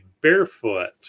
barefoot